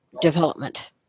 Development